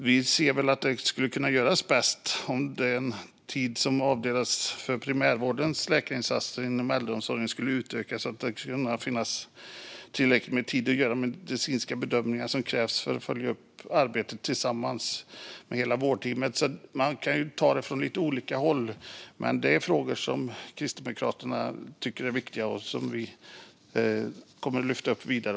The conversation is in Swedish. Vi anser att detta bäst skulle kunna göras om den tid som avdelats för primärvårdens läkarinsatser inom äldreomsorgen utökades så att det fanns tillräcklig tid för att göra de medicinska bedömningar som krävs för att följa upp arbetet tillsammans med hela vårdteamet. Man kan alltså se på detta från lite olika håll. Men det är frågor som Kristdemokraterna tycker är viktiga och kommer att lyfta upp vidare.